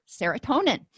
serotonin